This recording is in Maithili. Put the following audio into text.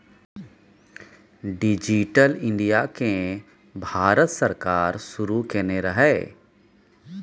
डिजिटल इंडिया केँ भारत सरकार शुरू केने रहय